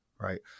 right